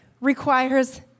requires